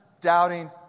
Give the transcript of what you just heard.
doubting